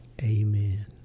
Amen